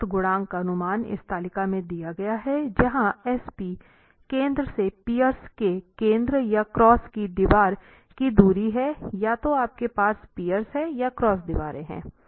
तो सख्त गुणांक का अनुमान इस तालिका में दिया गया है जहां Sp केंद्र से पिएर्स के केंद्र या क्रॉस की दीवार की दूरी है या तो आपके पास पियर्स हैं या क्रॉस दीवारें हैं